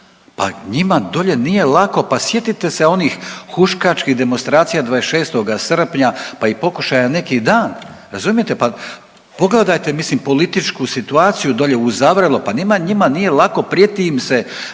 Pa njima dolje nije lako, pa sjetite se onih huškačkih demonstracija 26. srpnja pa i pokušaja neki dan, razumijete. Pa pogledajte mislim političku situaciju, dolje je uzavrelo, pa njima nije lako prijeti im se